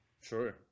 Sure